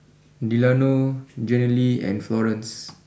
Delano Jenilee and Florance